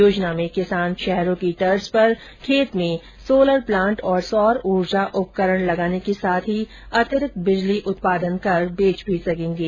योजना में किसान शहरों की तर्ज पर खेत में सोलर प्लांट और सौर ऊर्जा उपकरण लगाने के साथ ही अतिरिक्त बिजली उत्पादन कर बेच भी सकेंगे